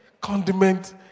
condiment